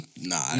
Nah